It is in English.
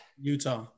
utah